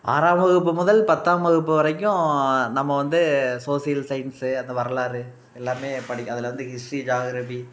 ஆறாம் வகுப்பு முதல் பத்தாம் வகுப்பு வரைக்கும் நம்ம வந்து சோசியல் சயின்ஸு அந்த வரலாறு எல்லாமே படி அதில் வந்து ஹிஸ்ட்ரி ஜாக்ரஃபி